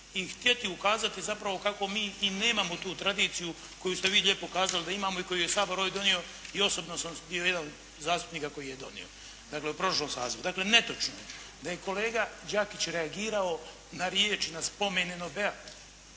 i htjeti ukazati zapravo kako mi i nemamo tu tradiciju koju ste vi lijepo kazali da imamo i koju je Sabor ovdje donio i osobno … i jedan od zastupnika koji je donio, dakle u prošlom sazivu. Dakle netočno je da je kolega Đakić reagirao na riječ i na spomen NOB-a,